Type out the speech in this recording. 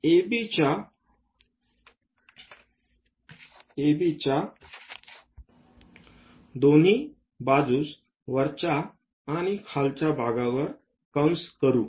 ABच्या दोन्ही बाजूस वरच्या आणि खालच्या भागावर कंस करू